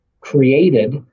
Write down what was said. created